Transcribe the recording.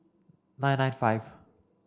nine nine five